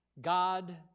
God